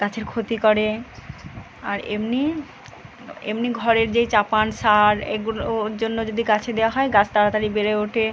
গাছের ক্ষতি করে আর এমনি এমনি ঘরের যেই চাপান সার এগুলো ওর জন্য যদি গাছে দেওয়া হয় গাছ তাড়াতাড়ি বেড়ে ওঠে